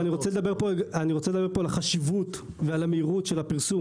אבל אני רוצה לדבר פה על החשיבות ועל המהירות של הפרסום,